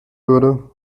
würde